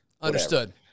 Understood